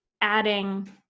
adding